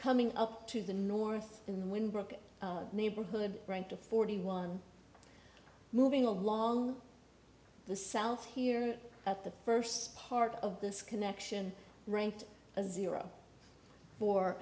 coming up to the north in the wind brook neighborhood to forty one moving along the south here at the first part of this connection ranked as zero for